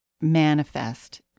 manifest